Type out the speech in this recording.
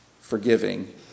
forgiving